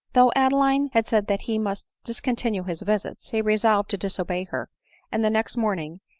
though adeline had said that he must discontinue his visits, he resolved to disobey her and the next morning,